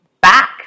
back